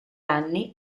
anni